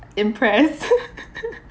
impressed